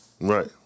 Right